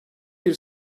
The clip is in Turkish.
bir